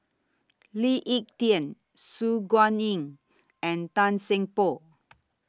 Lee Ek Tieng Su Guaning and Tan Seng Poh